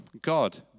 God